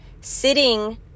sitting